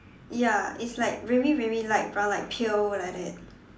ya it's like very very light brown like pale like that